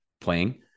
playing